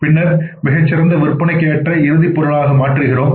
பின்னர் மிகச்சிறந்த விற்பனைக்கு ஏற்ற இறுதி பொருட்களாக மாற்றுகிறோம்